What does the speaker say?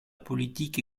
politique